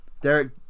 Derek